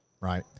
right